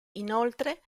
inoltre